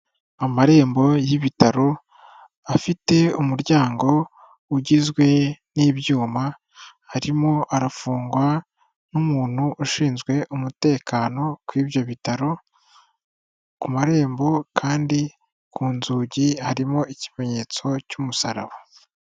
Amarembo y'ibitaro afite umuryango ugizwe n'ibyuma, arimo arafungwa n'umuntu ushinzwe umutekano ku ibyo bitaro, ku marembo kandi ku nzugi harimo ikimenyetso cy'umusaraba.